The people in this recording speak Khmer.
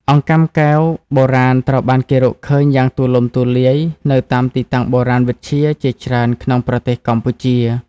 អង្កាំកែវបុរាណត្រូវបានគេរកឃើញយ៉ាងទូលំទូលាយនៅតាមទីតាំងបុរាណវិទ្យាជាច្រើនក្នុងប្រទេសកម្ពុជា។